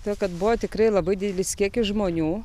todėl kad buvo tikrai labai didelis kiekis žmonių